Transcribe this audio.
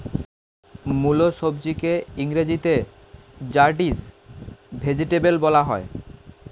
মুলো সবজিকে ইংরেজিতে র্যাডিশ ভেজিটেবল বলা হয়